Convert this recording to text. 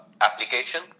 application